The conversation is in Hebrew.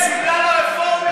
זו הטענה?